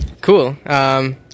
Cool